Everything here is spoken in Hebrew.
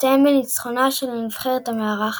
הסתיים בניצחונה של הנבחרת המארחת.